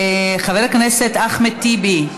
חבר הכנסת אחמד טיבי,